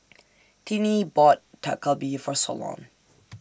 Tinnie bought Dak Galbi For Solon